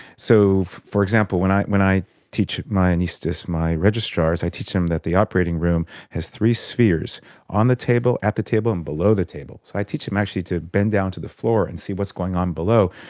so for example when i when i teach my anaesthetists and my registrars, i teach them that the operating room has three spheres on the table, at the table and below the table. so i teach them actually to bend down to the floor and see what's going on below.